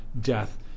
death